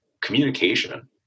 communication